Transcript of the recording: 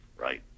right